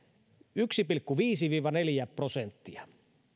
yksi pilkku viisi viiva neljä prosenttia